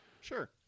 Sure